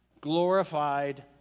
glorified